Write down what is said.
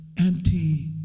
anti